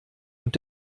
und